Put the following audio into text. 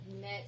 met